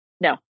No